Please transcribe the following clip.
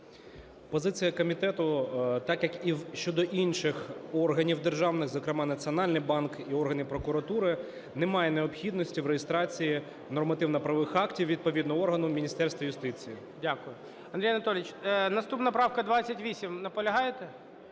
Позиція комітету так, як і щодо інших органів державних, зокрема Національний банк і органи прокуратури, немає необхідності в реєстрації нормативно-правових актів відповідного органу в Міністерстві юстиції. ГОЛОВУЮЧИЙ. Дякую. Андрій Анатолійович, наступна правка 28. Наполягаєте?